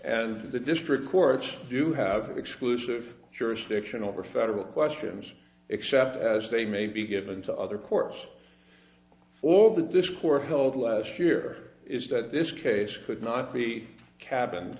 as the district courts do have exclusive jurisdiction over federal questions except as they may be given to other courts all that this court held last year is that this case could not be cabin